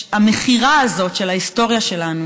המכירה הזאת של ההיסטוריה שלנו